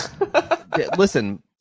Listen